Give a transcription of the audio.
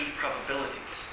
probabilities